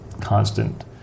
constant